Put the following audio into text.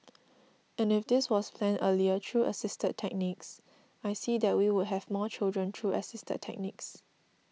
and if this was planned earlier through assisted techniques I see that we would have more children through assisted techniques